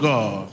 God